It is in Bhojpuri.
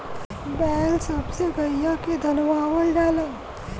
बैल सब से गईया के धनवावल जाला